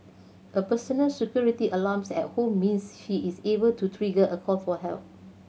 a personal security alarm at home means she is able to trigger a call for help